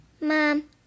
Mom